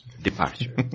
Departure